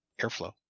airflow